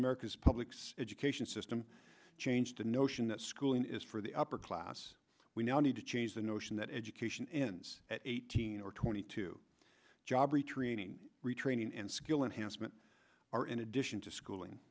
america's public's education system change the notion that schooling is for the upper class we now need to change the notion that education ends at eighteen or twenty two job retraining retraining and skill enhanced meant are in addition to schooling